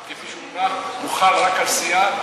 הם לוקחים לי זמן, אדוני.